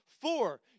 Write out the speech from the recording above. Four